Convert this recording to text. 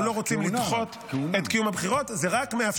אנחנו לא רוצים לדחות את קיום הבחירות.